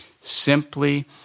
simply